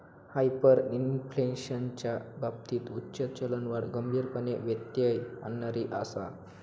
हायपरइन्फ्लेशनच्या बाबतीत उच्च चलनवाढ गंभीरपणे व्यत्यय आणणारी आसा